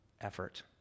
effort